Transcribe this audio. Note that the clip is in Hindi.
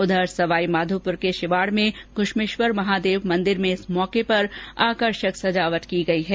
उधर सवाईमाधोपुर के शिवाड में घुश्मेश्वर महादेव मंदिर में इस मौके पर आकर्षक सजावट की गई है